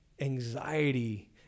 anxiety